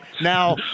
Now